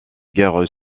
guerre